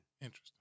Interesting